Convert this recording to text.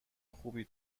خوبی